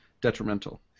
detrimental